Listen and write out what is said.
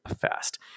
fast